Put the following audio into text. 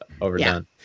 overdone